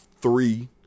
three